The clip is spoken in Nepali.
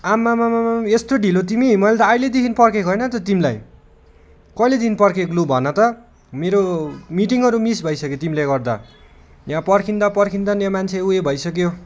आमामामाम् यस्तो ढिलो तिमी मैले त अहिलेदेखि पर्खेको होइन त तिमीलाई कहिलेदेखि पर्खेको लु भन त मेरो मिटिङहरू मिस भइसक्यो तिमीले गर्दा यहाँ पर्खिँदा पर्खिँदा यहाँ मान्छे उयो भइसक्यो